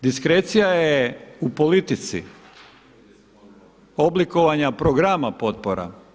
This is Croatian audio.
Diskrecija je u politici oblikovanja programa potpora.